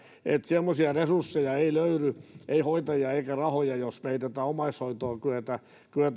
semmoisia resursseja ei löydy ei hoitajia eikä rahoja jos me emme tätä omaishoitoa kykene